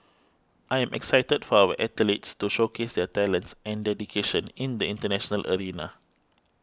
I am excited for our athletes to showcase their talents and dedication in the international arena